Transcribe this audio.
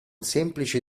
semplice